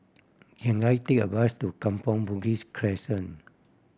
can I take a bus to Kampong Bugis Crescent